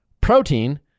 protein